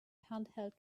handheld